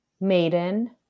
maiden